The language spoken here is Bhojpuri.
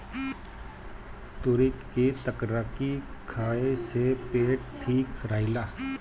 तुरई के तरकारी खाए से पेट ठीक रहेला